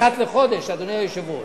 אחת לחודש, אדוני היושב-ראש.